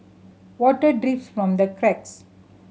water drips from the cracks